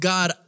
God